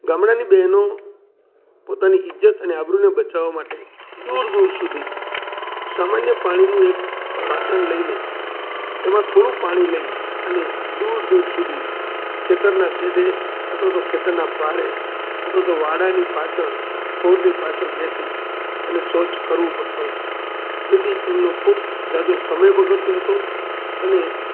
ગામડાંની બેનો પોતાની ઈજ્જત અને આબરૂને બચાવા માટે દૂર દૂર સુધી સામાન્ય પાણીનું એક વાસણ લઈને એમા થોડું પાણી લઈ અને દૂર દૂર સુધી ખેતરના સેઢે અથવા તો ખેતરના પાળે અથવા તો વાડાની પાછળ થોડની પાછળ બેસી અને શૌચ કરવું પડતું હતું તેથી એમનો ખૂબ જાજો સમય બગડતો હતો અને